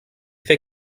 fais